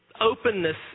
openness